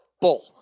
bull